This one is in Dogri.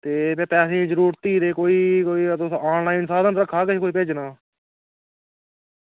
ते यरो पैसे दी कोई जरूरत बनी दी ही ते तुसें कोई ऑनलाईन भेजने दा साधन रक्खे दा